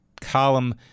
column